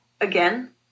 again